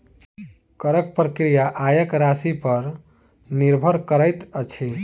करक प्रक्रिया आयक राशिपर निर्भर करैत अछि